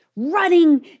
running